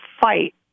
fight